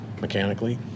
mechanically